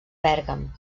bèrgam